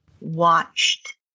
watched